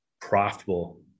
profitable